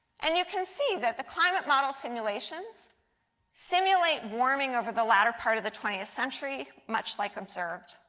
and you can see that the climate model simulations simulate warming over the latter part of the twentieth century much like observed.